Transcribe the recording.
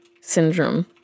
syndrome